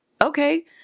Okay